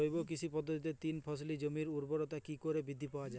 জৈব কৃষি পদ্ধতিতে তিন ফসলী জমির ঊর্বরতা কি করে বৃদ্ধি করা য়ায়?